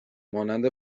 مانند